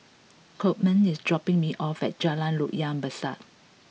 Coleman is dropping me off at Jalan Loyang Besar